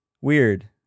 Weird